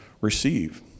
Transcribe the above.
receive